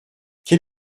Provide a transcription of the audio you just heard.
quel